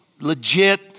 legit